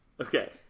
Okay